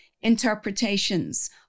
interpretations